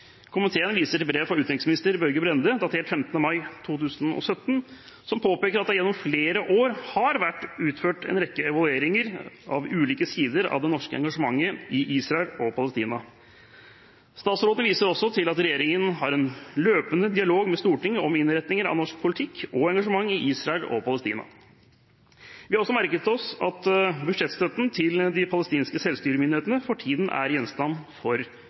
Komiteen viser til brev fra utenriksminister Børge Brende, datert 15. mai 2017, som påpeker at det gjennom flere år har vært utført en rekke evalueringer av ulike sider av det norske engasjementet i Israel og Palestina. Utenriksministeren viser også til at regjeringen «har en løpende dialog med Stortinget om innretningen av norsk politikk og engasjementet i Israel og Palestina». Vi har også merket oss at budsjettstøtten til de palestinske selvstyremyndighetene for tiden er gjenstand for